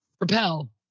Repel